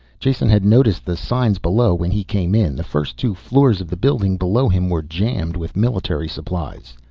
jason had noticed the signs below when he came in. the first two floors of the building below him were jammed with military supplies.